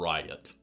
Riot